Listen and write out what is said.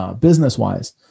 business-wise